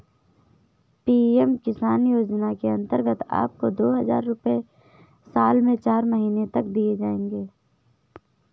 PM Kisan योजना के अंतर्गत आपको दो हज़ार रुपये साल में चार महीने तक दिए जाएंगे